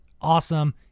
awesome